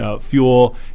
fuel